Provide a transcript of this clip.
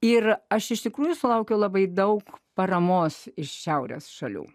ir aš iš tikrųjų sulaukiu labai daug paramos iš šiaurės šalių